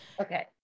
Okay